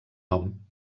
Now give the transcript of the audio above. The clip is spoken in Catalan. nom